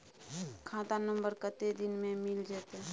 खाता नंबर कत्ते दिन मे मिल जेतै?